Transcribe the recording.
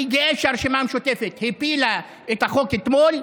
אני גאה שהרשימה המשותפת הפילה את החוק אתמול.